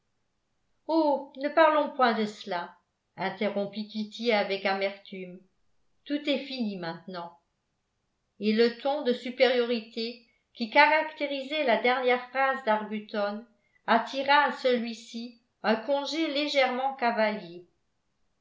oh ne parlons point de cela interrompit kitty avec amertume tout est fini maintenant et le ton de supériorité qui caractérisait la dernière phrase d'arbuton attira à celui-ci un congé légèrement cavalier